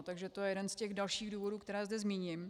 Takže to je jeden z dalších důvodů, které zde zmíním.